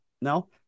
No